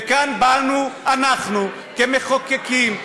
וכאן באנו אנחנו כמחוקקים,